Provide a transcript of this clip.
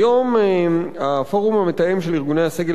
היום הפורום המתאם של ארגוני הסגל